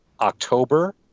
October